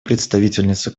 представительницу